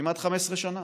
כמעט 15 שנה.